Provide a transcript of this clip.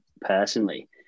personally